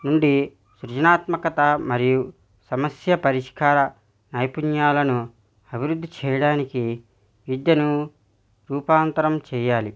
ఉండి సృజనాత్మకత మరియు సమస్య పరిష్కార నైపుణ్యాలను అభివృద్ధి చెయ్యడానికి విద్యను రూపాంతరం చెయ్యాలి